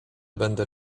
będę